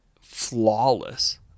flawless